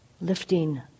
lifting